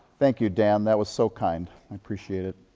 thank you, dan. that was so kind. i appreciate it.